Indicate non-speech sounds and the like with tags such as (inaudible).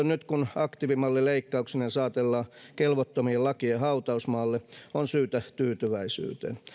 (unintelligible) nyt kun aktiivimalli leikkauksineen saatellaan kelvottomien lakien hautausmaalle on syytä tyytyväisyyteen